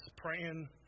praying